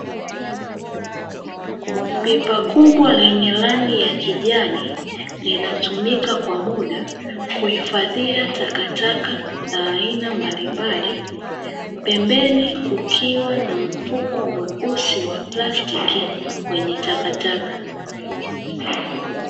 Pipa kubwa lenye rangi ya kijani linatumika kwa muda kuhifadhia takataka za aina mbalimbali. Pembeni kukiwa na mfuko mweusi wa plastiki wenye takataka.